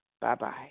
Bye-bye